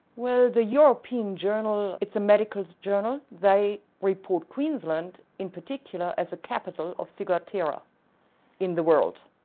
well, the european journal, it's a medical journal, they report queensland in particular as a capital of ciguatera in the world.